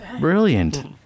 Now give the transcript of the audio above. Brilliant